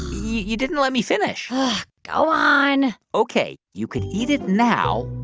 you you didn't let me finish go on ok. you can eat it now.